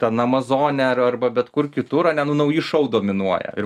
ten amazone ar arba bet kur kitur ane nu nauji šou dominuoja ir